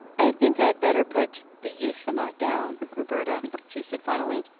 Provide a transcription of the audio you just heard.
i think i'd better put the euthuma down, roberta, she said finally.